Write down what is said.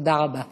תודה רבה.